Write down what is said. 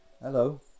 Hello